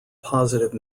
positive